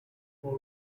more